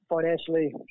financially